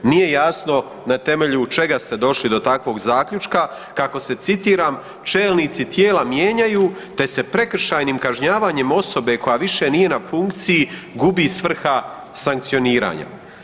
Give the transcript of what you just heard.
Nije jasno na temelju čega ste došli do takvog zaključka, kako se citiram „čelnici tijela mijenjaju te se prekršajnim kažnjavanjem osobe koja više nije na funkciji, gubi svrha sankcioniranja“